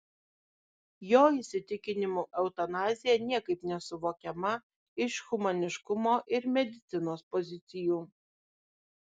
jo įsitikinimu eutanazija niekaip nesuvokiama iš humaniškumo ir medicinos pozicijų